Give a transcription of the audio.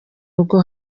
rugo